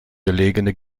gelegene